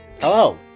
Hello